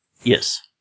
Yes